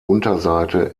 unterseite